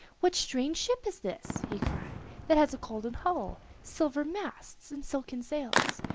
what strange ship is this, he cried, that has a golden hull, silver masts, and silken sails,